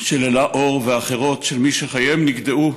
של אלה אור ואחרות, של מי שחייהם נגדעו,